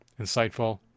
insightful